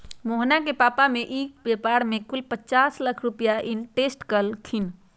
मोहना के पापा ने ई व्यापार में कुल पचास लाख रुपईया इन्वेस्ट कइल खिन